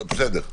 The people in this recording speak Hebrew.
בסדר.